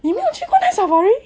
你没有去过 night safari